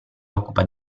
occupa